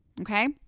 Okay